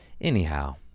Anyhow